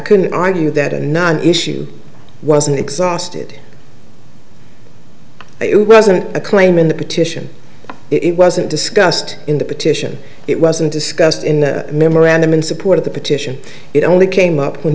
couldn't argue that a non issue wasn't exhausted it wasn't a claim in the petition it wasn't discussed in the petition it wasn't discussed in the memorandum in support of the petition it only came up when